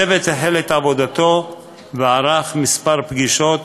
הצוות החל את עבודתו וערך כמה פגישות,